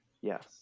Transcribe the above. yes